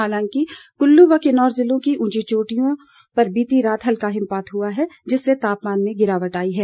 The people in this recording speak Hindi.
हालांकि कुल्लू व किन्नौर जिलों की ऊंची चोटियों बीती रात हल्का हिमपात हुआ है जिससे तापमान में गिरावट आई है